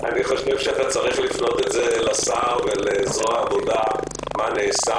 אני חושב שאתה צריך לפנות בעניין זה לשר ולזרוע העבודה ולשאול מה נעשה.